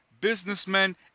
businessmen